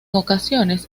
ocasiones